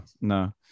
no